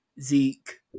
Zeke